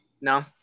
No